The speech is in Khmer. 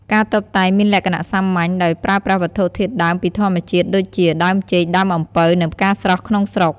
ការតុបតែងមានលក្ខណៈសាមញ្ញ ដោយប្រើប្រាស់វត្ថុធាតុដើមពីធម្មជាតិដូចជា ដើមចេក ដើមអំពៅ និងផ្កាស្រស់ក្នុងស្រុក។